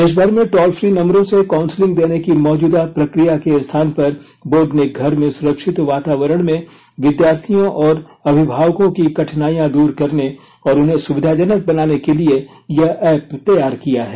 देशभर में toll free नंबरों से काउंसलिंग देने की मौजूदा प्रक्रिया के स्थान पर बोर्ड ने घर में सुरक्षित वातावरण में विद्यार्थियों और अभिभावकों की कठिनाइयां दूर करने और उन्हें सुविधाजनक बनाने के लिए यह ऐप तैयार किया है